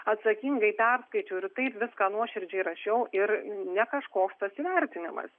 atsakingai perskaičiau ir taip viską nuoširdžiai rašiau ir ne kažkoks tas įvertinimas